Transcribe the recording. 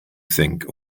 think